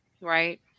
right